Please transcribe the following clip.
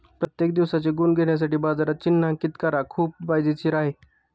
प्रत्येक दिवसाचे गुण घेण्यासाठी बाजारात चिन्हांकित करा खूप फायदेशीर आहे